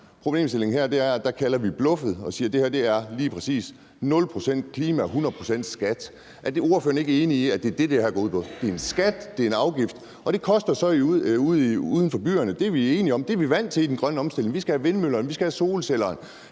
Problemstillingen her er, at her kalder vi bluffet det, det er, og siger: Det her er lige præcis nul procent klima og hundrede procent skat. Er ordføreren ikke enig i, at det er det, det her går ud på? Det er en skat, det er en afgift, og det koster så uden for byerne. Det er vi enige om. Det er vi vant til i den grønne omstilling; vi skal have vindmøllerne, vi skal have solcellerne,